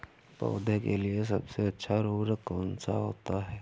पौधे के लिए सबसे अच्छा उर्वरक कौन सा होता है?